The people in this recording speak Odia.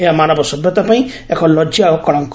ଏହା ମାନବ ସଭ୍ୟତା ପାଇଁ ଏକ ଲଜା ଓ କଳଙ୍କ